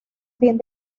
fin